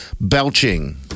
belching